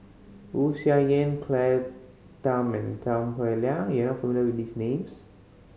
Wu Tsai Yen Claire Tham and Tan Howe Liang you are familiar with these names